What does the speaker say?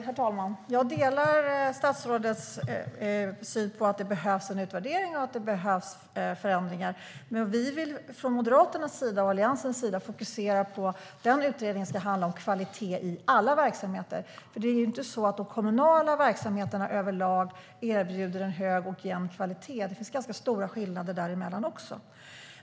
Herr talman! Jag delar statsrådets syn att det behövs en utvärdering och att det behövs förändringar. Men vi vill från Moderaternas och Alliansens sida fokusera på att utredningen ska handla om kvalitet i alla verksamheter. Det är ju inte så att de kommunala verksamheterna överlag erbjuder en hög och jämn kvalitet. Det finns ganska stora skillnader dem emellan också.